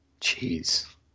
Jeez